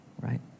right